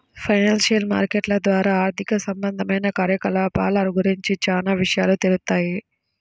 financial మార్కెట్ల ద్వారా ఆర్థిక సంబంధమైన కార్యకలాపాల గురించి చానా విషయాలు తెలుత్తాయి